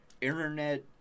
internet